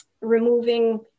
removing